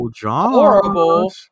horrible